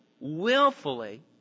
willfully